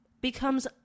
becomes